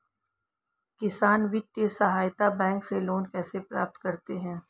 किसान वित्तीय सहायता बैंक से लोंन कैसे प्राप्त करते हैं?